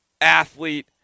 athlete